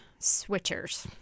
switchers